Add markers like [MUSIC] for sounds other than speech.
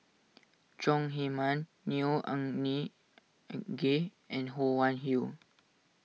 Chong Heman Neo [UNINTELLIGIBLE] Anngee and Ho Wan Hui